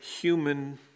human